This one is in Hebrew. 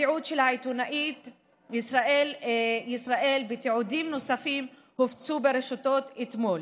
התיעוד של העיתונאי ישראל ותיעודים נוספים הופצו ברשתות אתמול.